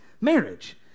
marriage